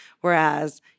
whereas